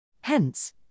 Hence